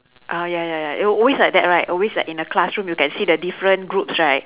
ah ya ya ya it will always like that right always in a classroom you can see the different groups right